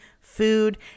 food